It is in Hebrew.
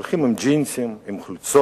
הולכים עם ג'ינסים, עם חולצות.